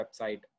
website